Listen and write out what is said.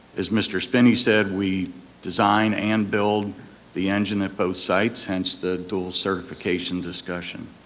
as mr. spinney said, we design and build the engine at both sites, hence the dual-certification discussion.